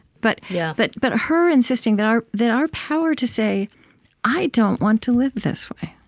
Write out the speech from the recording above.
but yeah but but her insisting that our that our power to say i don't want to live this way,